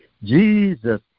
Jesus